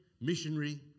missionary